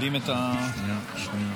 בבקשה.